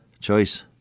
choice